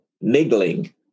niggling